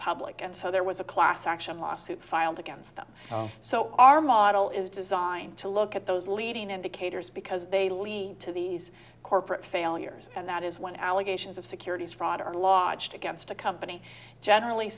public and so there was a class action lawsuit filed against them so our model is designed to look at those leading indicators because they lead to these corporate failures and that is when allegations of securities fraud are logged against a company generally